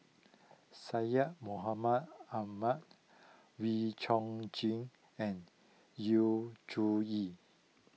Syed Mohamed Ahmed Wee Chong Jin and Yu Zhuye